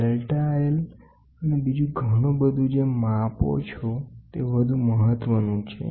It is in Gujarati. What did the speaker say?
ડેલ્ટા L અને બીજું ઘણું બધું જે માપો છો તે વધુ મહત્વનું છે